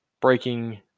breaking